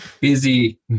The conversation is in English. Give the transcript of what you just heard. busy